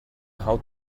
how